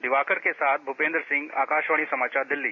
दिवाकर के साथ भूपेन्द्र सिंह आकाशवाणी समाचार दिल्ली